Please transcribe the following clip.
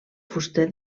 fuster